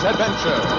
Adventure